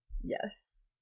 Yes